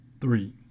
Three